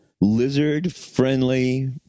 lizard-friendly